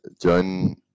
join